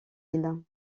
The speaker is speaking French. îles